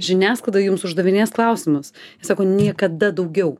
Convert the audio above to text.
žiniasklaida jums uždavinės klausimus sako niekada daugiau